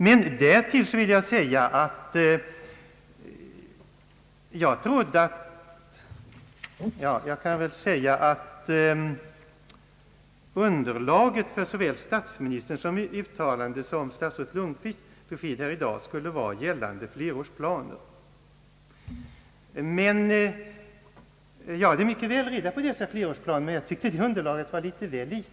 Det ena uttalandet är ett löfte och det andra är ett besked att inget löfte kan lämnas. uttalande som statsrådet Lundkvists besked i dag skulle vara gällande flerårsplaner. Jag känner väl till dessa flerårsplaner men har ansett det underlaget vara för knapphändigt.